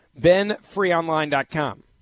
benfreeonline.com